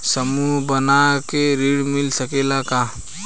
समूह बना के ऋण मिल सकेला का?